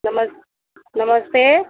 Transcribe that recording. नमस नमस्ते